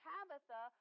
Tabitha